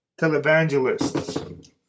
Televangelists